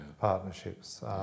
partnerships